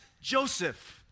Joseph